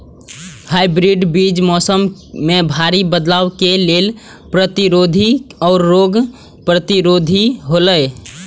hybrid बीज मौसम में भारी बदलाव के लेल प्रतिरोधी और रोग प्रतिरोधी हौला